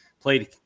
played